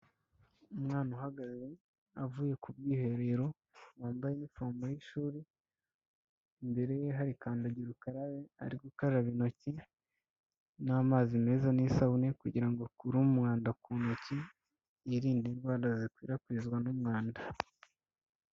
Umwana uhagaze avuye ku bwiherero bambaye inifomo y'ishuri imbere ye hari kandagira ukarabe ari gukaraba intoki n'amazi meza n'isabune kugira ngo akure umwanda ku ntoki yirinde indwara zikwirakwizwa n'umwanda .